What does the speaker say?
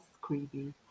creepy